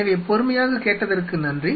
எனவே பொறுமையாகக் கேட்டதற்கு நன்றி